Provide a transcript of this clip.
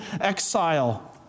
exile